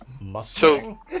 Mustang